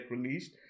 released